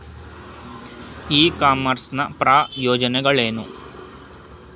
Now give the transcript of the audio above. E commerce ನ ಪ್ರಯೋಜನಗಳೇನು?